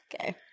Okay